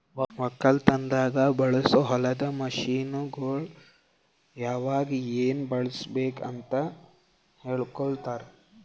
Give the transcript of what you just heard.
ಒಕ್ಕಲತನದಾಗ್ ಬಳಸೋ ಹೊಲದ ಮಷೀನ್ಗೊಳ್ ಯಾವಾಗ್ ಏನ್ ಬಳುಸಬೇಕ್ ಅಂತ್ ಹೇಳ್ಕೋಡ್ತಾರ್